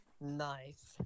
nice